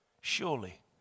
Surely